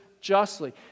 justly